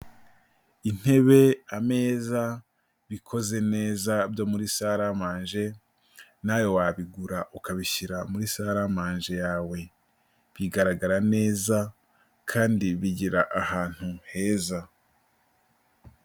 Intebe, ameza bikoze neza byo muri salamanje, nawe wabigura ukabishyira muri salamange yawe, bigaragara neza, kandi bigira ahantu heza.